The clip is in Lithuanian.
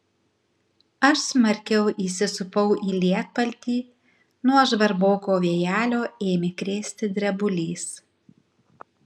aš smarkiau įsisupau į lietpaltį nuo žvarboko vėjelio ėmė krėsti drebulys